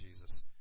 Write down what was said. Jesus